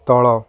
ତଳ